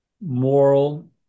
moral